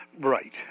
Right